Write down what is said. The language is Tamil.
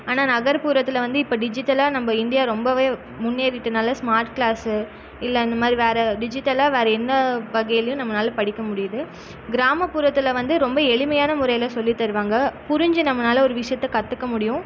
ஆனால் நகர்புறத்தில் வந்து இப்போ டிஜிட்டலாக நம்ம இந்தியா ரொம்பவே முன்னேறிட்டுனால ஸ்மார்ட் கிளாஸு இல்லை அந்த மாதிரி வேறே டிஜிட்டலாக வேறே என்ன வகையிலேயும் நம்மளால படிக்க முடியுது கிராமப்புறத்தில் வந்து ரொம்ப எளிமையான முறையில் சொல்லி தருவாங்க புரிஞ்சு நம்மளால ஒரு விஷயத்த கற்றுக்க முடியும்